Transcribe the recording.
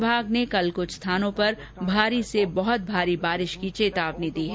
विभाग ने कल कुछ स्थानों पर भारी से बहत भारी बारिश की चेतावनी दी है